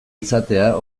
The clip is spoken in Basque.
izatea